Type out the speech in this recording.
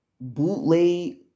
bootleg